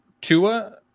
Tua